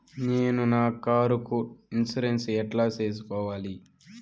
నేను నా కారుకు ఇన్సూరెన్సు ఎట్లా సేసుకోవాలి